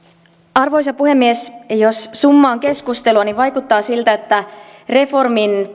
arvoisa puhemies jos summaan keskustelua niin vaikuttaa siltä että reformin